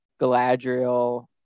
Galadriel